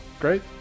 great